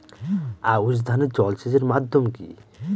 আউশ ধান এ জলসেচের মাধ্যম কি?